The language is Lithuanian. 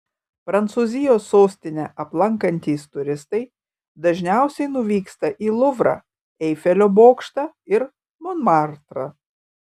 prancūzijos sostinę aplankantys turistai dažniausiai nuvyksta į luvrą eifelio bokštą ir monmartrą